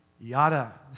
Yada